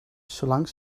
zolang